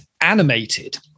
animated